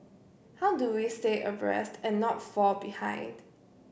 how do we stay abreast and not fall behind